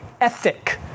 ethic